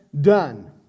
done